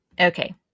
Okay